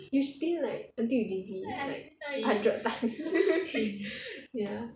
you spin like until you dizzy like hundred times ya